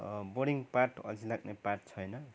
boring पाठ अल्छी लाग्ने पाठ छैन